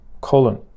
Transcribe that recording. colon